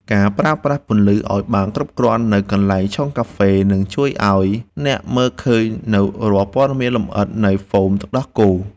ការប្រើប្រាស់ពន្លឺឱ្យបានគ្រប់គ្រាន់នៅកន្លែងឆុងកាហ្វេ នឹងជួយឱ្យអ្នកមើលឃើញនូវរាល់ព័ត៌មានលម្អិតនៃហ្វូមទឹកដោះគោ។